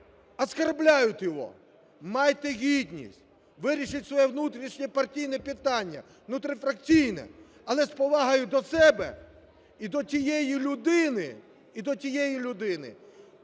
оскорбляют его. Майте гідність, вирішіть своє внутрішнє партійне питання внутріфракційне, але з повагою до себе і до тієї людини, і до тієї людини,